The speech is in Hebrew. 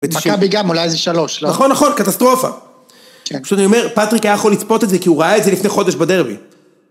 מכבי גם, אולי איזה שלוש, לא... נכון, נכון, קטסטרופה. פשוט אני אומר, פטריק היה יכול לצפות את זה כי הוא ראה את זה לפני חודש בדרבי.